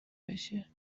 بشه